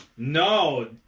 No